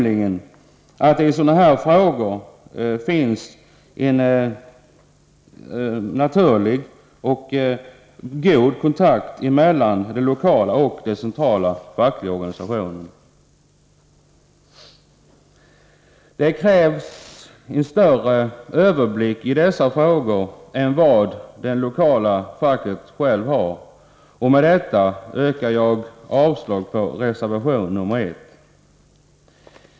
I sådana här frågor finns det nämligen en naturlig och god kontakt mellan den lokala och den centrala fackliga organisationen. Det krävs en större överblick över dessa frågor än vad det lokala facket självt har. Med detta yrkar jag avslag på reservation nr 1.